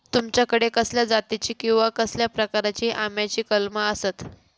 तुमच्याकडे कसल्या जातीची किवा कसल्या प्रकाराची आम्याची कलमा आसत?